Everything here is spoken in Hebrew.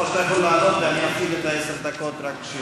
או שאתה יכול לעלות ואני אפעיל את עשר הדקות רק,